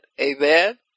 amen